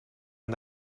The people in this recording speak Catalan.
han